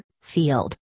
field